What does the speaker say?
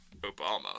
Obama